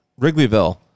Wrigleyville